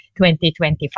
2025